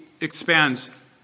expands